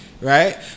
right